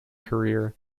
career